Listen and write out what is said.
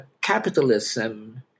capitalism